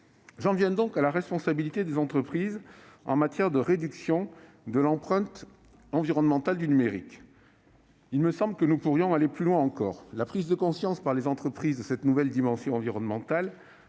J'en viens donc à la responsabilité des entreprises en matière de réduction de l'empreinte environnementale du numérique. Il me semble que nous pourrions aller plus loin encore. La prise de conscience par les entreprises de cette nouvelle dimension environnementale